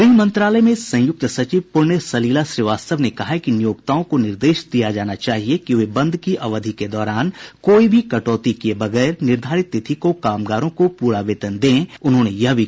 गृह मंत्रालय में संयुक्त सचिव पुण्य सलिला श्रीवास्तव ने कहा कि नियोक्ताओं को निर्देश दिया जाना चाहिए कि वे बंद की अवधि के दौरान कोई भी कटौती किए बगैर निर्धारित तिथि को कामगारों को पूरा वेतन दें और मकान मालिक इस अवधि का किराया न लें